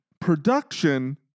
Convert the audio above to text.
production